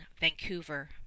Vancouver